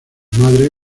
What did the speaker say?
madre